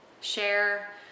share